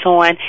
on